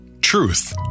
Truth